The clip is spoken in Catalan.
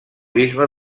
bisbe